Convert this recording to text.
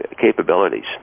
capabilities